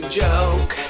joke